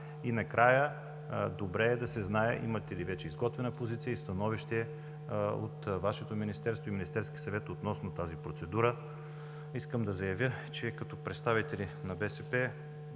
Накрая, добре е да се знае има ли вече изготвена позиция и становище от Вашето министерство и Министерския съвет относно тази процедура? Искам да заявя, че като представители на БСП